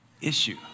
issue